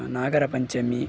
Nagara Panchami